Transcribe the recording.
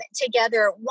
together